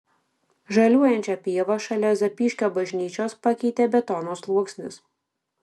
žaliuojančią pievą šalia zapyškio bažnyčios pakeitė betono sluoksnis